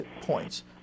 points